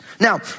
Now